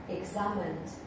examined